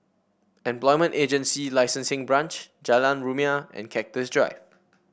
Employment Agency Licensing Branch Jalan Rumia and Cactus Drive